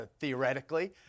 theoretically